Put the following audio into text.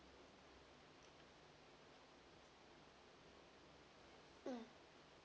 mm